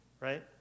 right